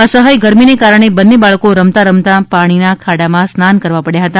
અસહ્ય ગરમીને કારણે બંને બાળકો રમતા રમતા પાણીના ખાડામાં સ્નાન કરવા પડ્યા હતા